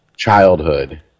Childhood